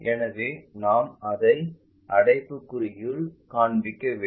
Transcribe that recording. எனவே நாம் அதை அடைப்புக்குறிக்குள் காண்பிக்க வேண்டும்